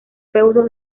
feudo